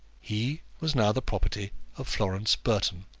he was now the property of florence burton,